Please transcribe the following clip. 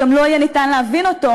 וגם לא יהיה ניתן להבין אותו,